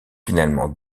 finalement